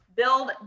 build